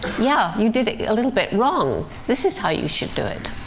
yeah, you did it a little bit wrong. this is how you should do it.